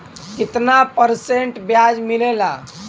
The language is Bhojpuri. कितना परसेंट ब्याज मिलेला?